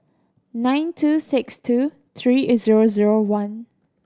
nine two six two three zero zero one